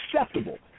acceptable